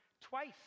twice